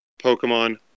Pokemon